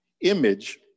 Image